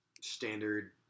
standard